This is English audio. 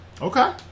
Okay